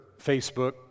Facebook